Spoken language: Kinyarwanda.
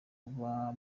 kuba